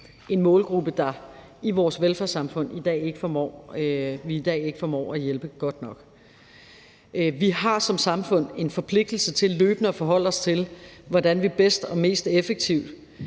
en målgruppe, vi i vores velfærdssamfund i dag ikke formår at hjælpe godt nok. Vi har som samfund en forpligtelse til løbende at forholde os til, hvordan vi bedst og mest effektivt